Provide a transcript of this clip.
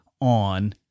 on